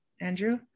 Andrew